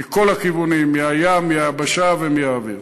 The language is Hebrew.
מכל הכיוונים, מהים, מהיבשה ומהאוויר.